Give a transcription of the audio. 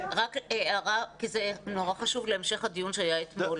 רק הערה כי זה נורא חשוב להמשך הדיון שהיה אתמול.